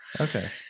okay